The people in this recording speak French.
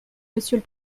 monsieur